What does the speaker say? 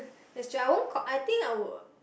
there's true I won~ I think I would